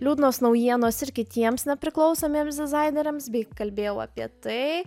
liūdnos naujienos ir kitiems nepriklausomiems dizaineriams bei kalbėjau apie tai